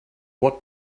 what